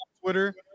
Twitter